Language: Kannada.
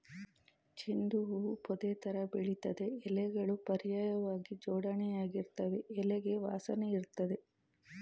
ಚೆಂಡು ಹೂ ಪೊದೆತರ ಬೆಳಿತದೆ ಎಲೆಗಳು ಪರ್ಯಾಯ್ವಾಗಿ ಜೋಡಣೆಯಾಗಿರ್ತವೆ ಎಲೆಗೆ ವಾಸನೆಯಿರ್ತದೆ